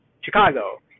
Chicago